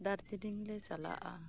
ᱫᱟᱨᱡᱤᱞᱤᱝ ᱞᱮ ᱪᱟᱞᱟᱜᱼᱟ